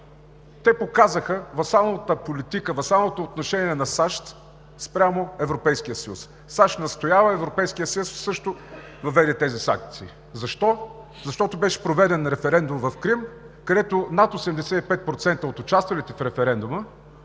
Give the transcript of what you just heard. Те показаха васалната политика, васалното отношение на САЩ спрямо Европейския съюз – САЩ настоява, Европейският съюз също въведе тези санкции. Защо? Защото беше проведен референдум в Крим, където над 85% от участвалите в референдума